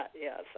yes